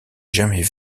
jamais